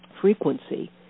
frequency